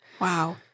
Wow